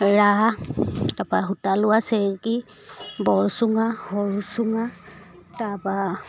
ৰা তাপা সূতা লোৱা চেকি বৰচুঙা সৰু চুঙা তাপা